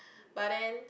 but then